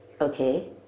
Okay